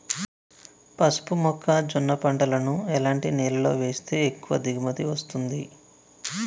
పసుపు మొక్క జొన్న పంటలను ఎలాంటి నేలలో వేస్తే ఎక్కువ దిగుమతి వస్తుంది?